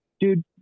Dude